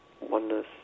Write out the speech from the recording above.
oneness